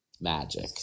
Magic